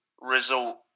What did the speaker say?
result